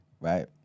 right